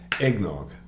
eggnog